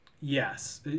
Yes